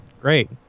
great